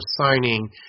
signing